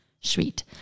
Sweet